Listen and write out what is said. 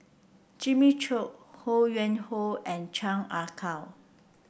Jimmy Chok Ho Yuen Hoe and Chan Ah Kow